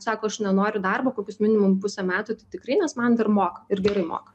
sako aš nenoriu darbo kokius minimum pusę metų tai tikrai nes man dar moka ir gerai moka